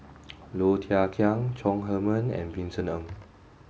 Low Thia Khiang Chong Heman and Vincent Ng